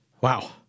Wow